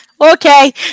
Okay